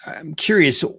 i'm curious,